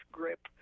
grip